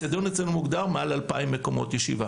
אצטדיון מוגדר אצלנו מעל 2,000 מקומות ישיבה